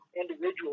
individual